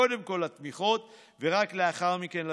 קודם כול התמיכות, ורק לאחר מכן לביטחון,